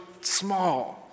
small